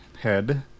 head